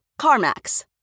CarMax